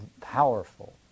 powerful